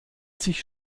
sich